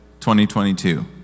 2022